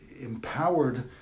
empowered